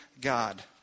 God